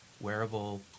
wearable